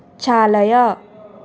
चालय